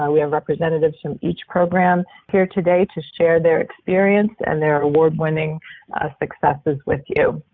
ah we have representatives from each program here today to share their experience and their award-winning successes with you.